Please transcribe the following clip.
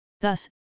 Thus